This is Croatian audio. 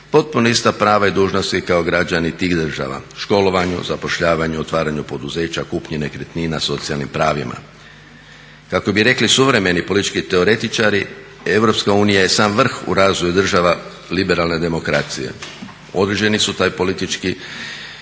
potpuno ista prava i dužnosti kao građani tih država, školovanju, zapošljavanju, otvaranju poduzeća, kupnje nekretnina, socijalnim pravima. Kako bi rekli suvremeni politički teoretičari EU je sam vrh u razvoju država liberalne demokracije. Određeni su taj politički